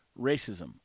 racism